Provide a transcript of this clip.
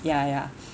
ya ya